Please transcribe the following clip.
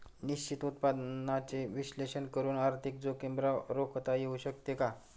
निश्चित उत्पन्नाचे विश्लेषण करून आर्थिक जोखीम रोखता येऊ शकते का?